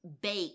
bake